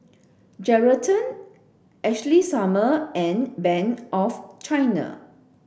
Geraldton Ashley Summer and Bank of China